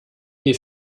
des